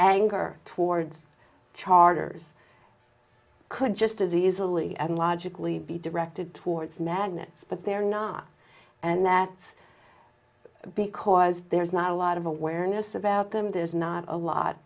anger towards charters could just as easily and logically be directed towards magnets but they're not and that because there's not a lot of awareness about them there's not a lot